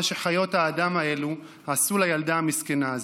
שחיות האדם האלה עשו לילדה המסכנה הזו.